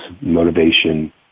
motivation